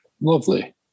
lovely